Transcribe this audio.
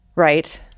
Right